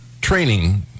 training